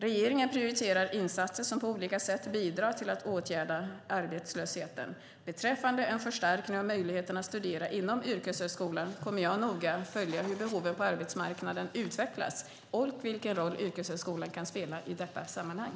Regeringen prioriterar insatser som på olika sätt bidrar till att åtgärda arbetslöshetsproblematiken. Beträffande en förstärkning av möjligheterna att studera inom yrkeshögskolan kommer jag att noga följa hur behoven på arbetsmarknaden utvecklas och vilken roll yrkeshögskolan kan spela i detta sammanhang.